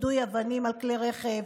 יידוי אבנים על כלי רכב,